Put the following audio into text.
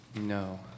No